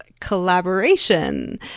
collaboration